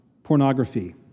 pornography